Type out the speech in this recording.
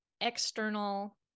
external